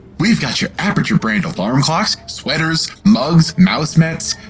we've got your aperture-brand alarm-clocks, sweaters, mugs, mouse-mats.